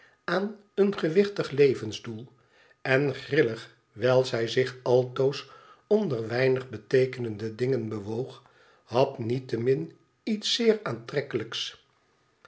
aan een gewichtig levensdoel en grillig wijl zij zich altoos onder weinig beteekenende dingen bewoog had niettemin iets zeer aantrekkelijks